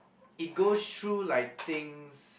it goes through like things